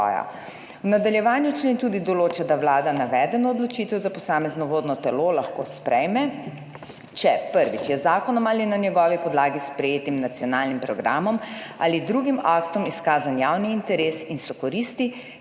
V nadaljevanju člen tudi določa, da Vlada navedeno odločitev za posamezno vodno telo lahko sprejme, če, prvič, je z zakonom ali na njegovi podlagi sprejetim nacionalnim programom ali drugim aktom izkazan javni interes in so koristi,